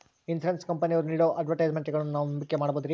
Insurance ಕಂಪನಿಯವರು ನೇಡೋ ಅಡ್ವರ್ಟೈಸ್ಮೆಂಟ್ಗಳನ್ನು ನಾವು ನಂಬಿಕೆ ಮಾಡಬಹುದ್ರಿ?